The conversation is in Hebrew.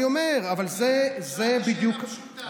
אבל אני אומר, זה בדיוק, שאלתי שאלה פשוטה.